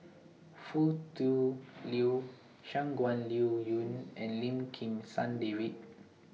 Foo Tui Liew Shangguan Liuyun and Lim Kim San David